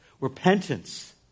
repentance